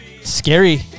scary